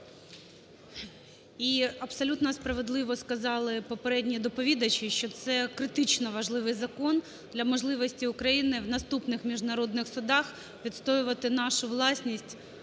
І абсолютно справедливо сказали попередні доповідачі, що це критично важливий закон для можливості України в наступних міжнародних судах відстоювати нашу власність